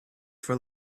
for